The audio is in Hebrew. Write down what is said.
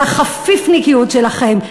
זה החפיפניקיות שלכם.